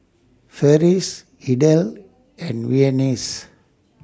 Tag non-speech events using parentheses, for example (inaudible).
Ferris Idell and (unintelligible)